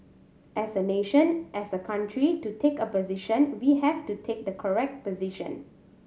as a nation as a country to take a position we have to take the correct position